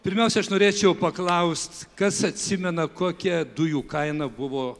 pirmiausia aš norėčiau paklaust kas atsimena kokia dujų kaina buvo